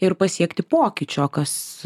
ir pasiekti pokyčio kas